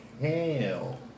hell